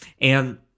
And-